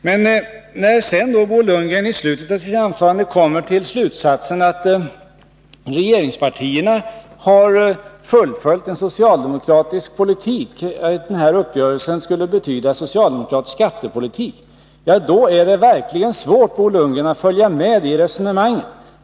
Men när sedan Bo Lundgren slutet av sitt anförande kom till slutsatsen att regeringspartierna har fullföljt en socialdemokratisk politik och att uppgörelsen skulle betyda socialdemokratisk skattepolitik är det verkligen svårt att följa med i resonemanget.